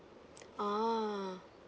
orh